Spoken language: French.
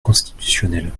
constitutionnel